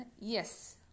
Yes